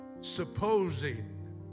supposing